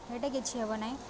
ଏଇଟା କିଛି ହେବନାହିଁ